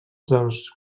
dels